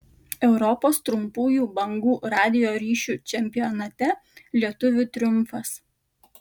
europos trumpųjų bangų radijo ryšių čempionate lietuvių triumfas